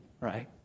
right